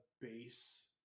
base